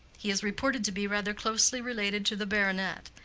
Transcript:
he is reported to be rather closely related to the baronet.